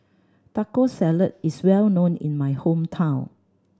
Taco Salad is well known in my hometown